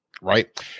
right